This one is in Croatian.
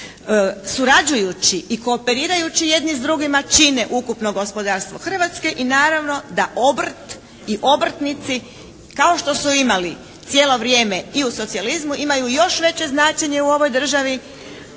surađujući i kooperirajući jedni s drugima čine ukupno gospodarstvo Hrvatske i naravno da obrt i obrtnici kao što su imali cijelo vrijeme i u socijalizmu imaju još veće značenje u ovoj državi,